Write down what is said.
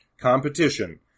competition